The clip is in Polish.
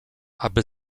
aby